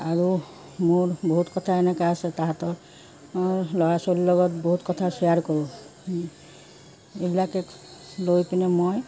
আৰু মোৰ বহুত কথা এনেকা আছে তাহাঁতৰ ল'ৰা ছোৱালীৰ লগত বহুত কথা শ্বেয়াৰ কৰোঁ এইবিলাকে লৈ পিনে মই